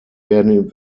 werden